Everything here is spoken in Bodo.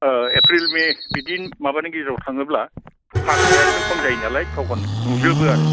एप्रिल मे बिदिनो माबानि गेजेराव थाङोब्ला हाग्राया एसे खम जायो नालाय थखन नुजोबो आरो